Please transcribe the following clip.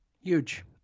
Huge